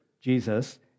Jesus